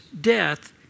death